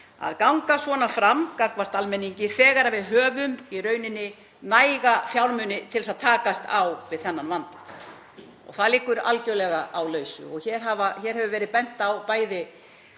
að ganga svona fram gagnvart almenningi þegar við höfum í rauninni næga fjármuni til að takast á við þennan vanda og þeir liggja algjörlega á lausu. Hér hefur verið bent á